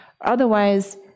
Otherwise